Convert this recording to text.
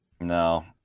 no